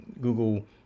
Google